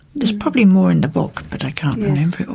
there's probably more in the book, but i can't remember it all